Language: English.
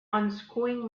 unscrewing